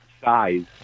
size